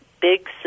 big